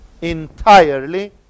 entirely